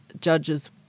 judges